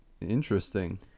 Interesting